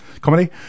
comedy